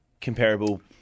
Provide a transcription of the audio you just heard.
comparable